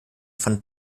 von